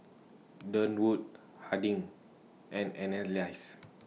Durwood Harding and Annalise